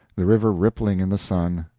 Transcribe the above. the river rippling in the sun.